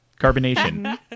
carbonation